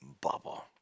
bubble